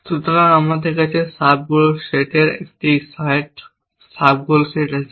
সুতরাং আমাদের কাছে সাব গোল সেটের একটি সেট সাব গোল সেট আছে